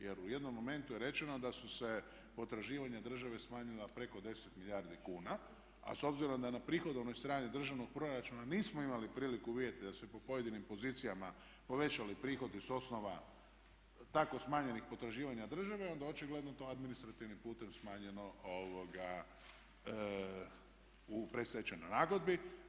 Jer u jednom momentu je rečeno da su se potraživanja države smanjila preko 10 milijardi kuna a s obzirom da na prihodovnoj strani državnog proračuna nismo imali priliku vidjeti da se po pojedinim pozicijama povećali prihodi sa osnova tako smanjenih potraživanja države, onda očigledno to administrativnim putem smanjeno u predstečajnoj nagodbi.